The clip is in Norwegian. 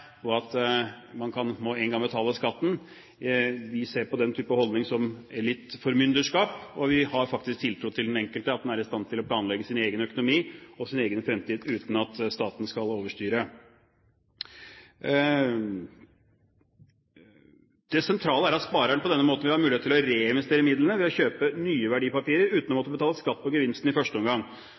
over at man en gang må betale skatten. Vi ser på den type holdning som litt formyndersk, og vi har faktisk tiltro til at den enkelte er i stand til å planlegge sin egen økonomi og sin egen fremtid uten at staten skal overstyre. Det sentrale er at spareren på denne måten vil ha mulighet til å reinvestere midlene ved å kjøpe nye verdipapirer, uten å måtte betale skatt på gevinsten i første omgang.